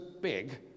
big